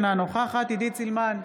אינה נוכחת עידית סילמן,